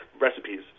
recipes